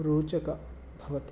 रोचकं भवति